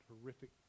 horrific